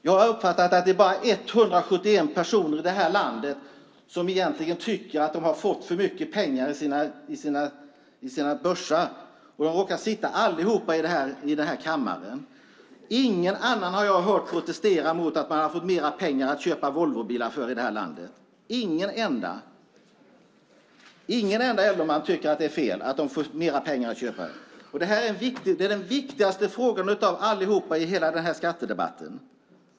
Jag har uppfattat att det bara är 171 personer i det här landet som egentligen tycker att de har fått för mycket pengar i sina börsar. Alla dessa personer råkar sitta i denna kammare. Jag har inte hört någon annan protestera mot att människor har fått mer pengar att köpa Volvobilar för i det här landet, även om man tycker att det är fel att de får mer pengar för att köpa bilar för. Detta är den viktigaste frågan av alla i hela denna skattedebatt.